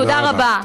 תודה רבה.